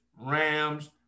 Rams